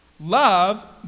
Love